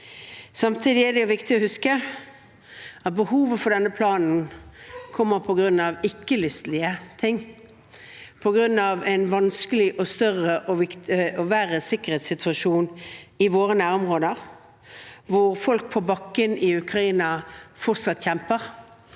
Samtidig er det viktig å huske at behovet for denne planen kommer på grunn av ikke-lystige ting – på grunn av en vanskelig, større og verre sikkerhetssituasjon i våre nærområder, hvor folk på bakken i Ukraina fortsatt kjemper,